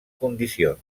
condicions